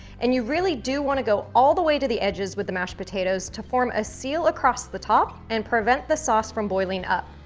and you really do wanna go all the way to the edges with the mashed potatoes to form a seal across the top and prevent the sauce from boiling up.